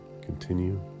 Continue